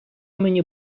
мені